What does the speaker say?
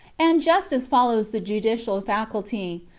and justice follows the judicial faculty,